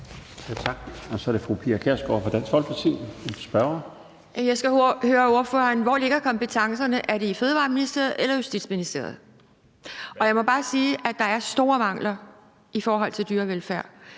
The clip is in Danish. Jeg skal høre ordføreren: Hvor ligger kompetencerne? Er det i Ministeriet for Fødevarer, Landbrug og Fiskeri eller i Justitsministeriet? Jeg må bare sige, at der er store mangler i forhold til dyrevelfærd.